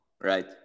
right